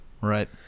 Right